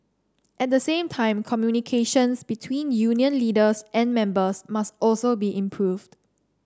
at the same time communications between union leaders and members must also be improved